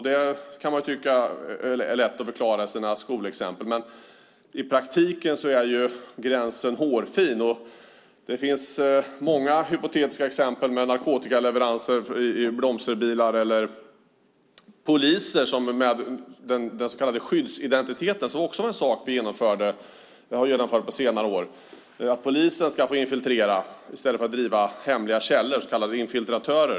Det kan man tycka är lätt att förklara i sina skolexempel, men i praktiken är gränsen hårfin, och det finns många hypotetiska exempel med narkotikaleveranser i blomsterbilar eller poliser med den så kallade skyddsidentiteten, som också är en sak som vi har genomfört på senare år och som innebär att polisen ska få infiltrera i stället för att driva hemliga källor, så kallade infiltratörer.